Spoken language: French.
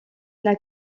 n’a